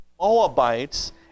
Moabites